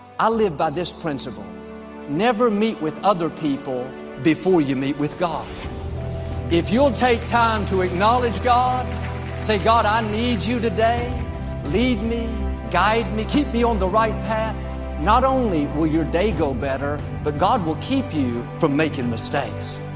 i live by this principle never meet with other people before you meet with god if you'll take time to acknowledge god say god i need you today lead me guide me. keep me on the right path not only will your day go better, but god will keep you from making mistakes